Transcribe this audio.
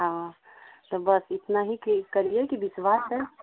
हाँ तो बस इतना ही कि करिए कि विश्वास है